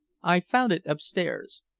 i found it upstairs.